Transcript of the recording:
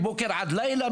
מבוקר עד לילה,